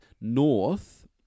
north